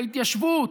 להתיישבות,